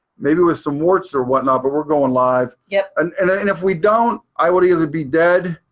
maybe with some warts or whatnot, but we're going live. yeah and and and if we don't, i would either be dead,